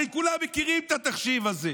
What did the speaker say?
הרי כולם מכירים את התחשיב הזה,